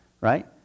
right